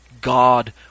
God